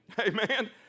Amen